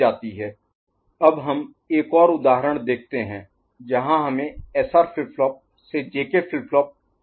Qn1 TQn' T'Qn DQn' D'QnQn' DQn' D'Qn'Qn DQn' D'Qn' DQnQn DQn' DQn D अब हम एक और उदाहरण देखते हैं जहां हमें SR फ्लिप फ्लॉप से जेके फ्लिप फ्लॉप की आवश्यकता है